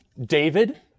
David